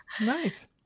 Nice